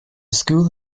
school